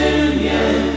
union